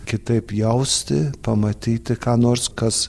kitaip jausti pamatyti ką nors kas